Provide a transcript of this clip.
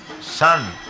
son